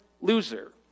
loser